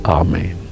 amen